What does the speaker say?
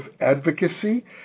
advocacy